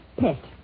pet